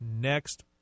next